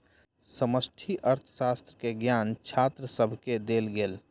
समष्टि अर्थशास्त्र के ज्ञान छात्र सभके देल गेल